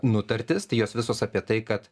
nutartis tai jos visos apie tai kad